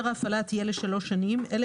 הפעלה שניתן לפי סימן זה אינו ניתן להעברה אלא